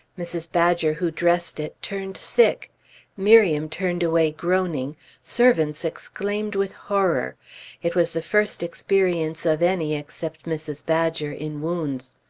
mrs. badger, who dressed it, turned sick miriam turned away groaning servants exclaimed with horror it was the first experience of any, except mrs. badger, in wounds.